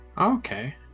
okay